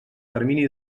termini